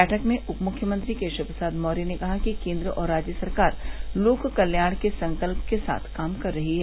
बैठक में उप मुख्यमंत्री केशव प्रसाद मौर्य ने कहा कि केन्द्र और राज्य सरकार लोक कत्याण के संकल्प के साथ काम कर रही है